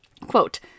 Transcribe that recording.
quote